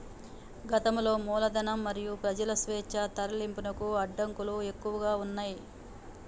గతంలో మూలధనం మరియు ప్రజల స్వేచ్ఛా తరలింపునకు అడ్డంకులు ఎక్కువగా ఉన్నయ్